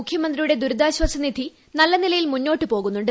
മുഖ്യമന്ത്രിയുടെ ദുരിതാശ്വാസനിധി നല്ല നിലയിൽ മുന്നോട്ടു പോകുന്നുണ്ട്